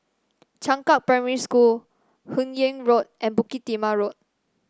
Changkat Primary School Hun Yeang Road and Bukit Timah Road